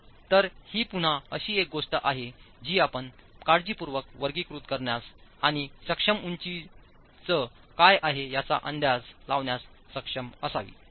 तर ही पुन्हा अशी एक गोष्ट आहे जी आपण काळजीपूर्वक वर्गीकृत करण्यास आणि सक्षम उंचीच काय आहे याचा अंदाज लावण्यास सक्षम असावी